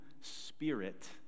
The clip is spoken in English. spirit